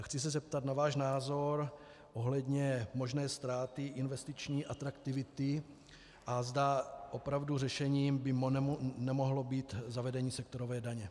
Chci se zeptat na váš názor ohledně možné ztráty investiční atraktivity, a zda opravdu řešením by nemohlo být zavedení sektorové daně.